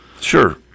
Sure